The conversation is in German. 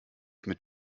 mit